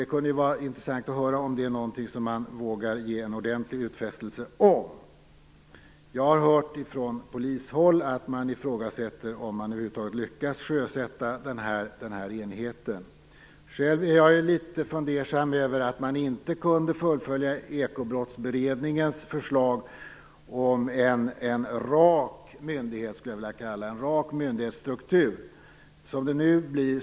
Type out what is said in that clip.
Det kunde vara intressant att höra om det är någonting som man vågar ge en ordentlig utfästelse om. Jag har hört från polishåll att de ifrågasätter om man över huvud taget lyckas sjösätta den här enheten. Själv är jag litet fundersam över att Ekobrottsberedningens förslag om en rak myndighetsstruktur, som jag skulle vilja kalla det, inte kunde fullföljas.